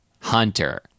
Hunter